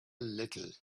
little